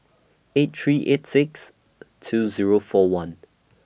eight three eight six two Zero four one